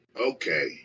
okay